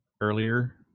earlier